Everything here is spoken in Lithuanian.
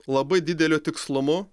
labai dideliu tikslumu